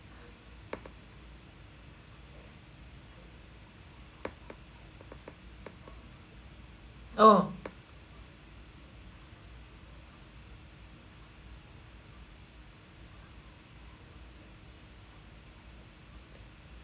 oh